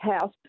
house